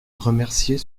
remercier